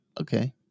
Okay